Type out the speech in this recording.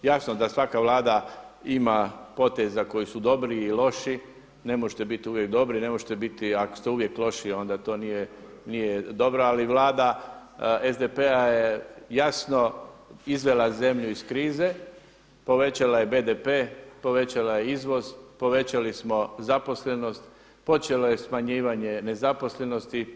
Jasno da svaka Vlada ima poteza koji su dobi i loši, ne možete biti uvijek dobri, ne možete biti, ako ste uvijek loši onda to nije dobro ali Vlada SDP-a je jasno izvela zemlju iz krize, povećala je BDP, povećala je izvoz, povećali smo zaposlenost, počelo je smanjivanje nezaposlenosti.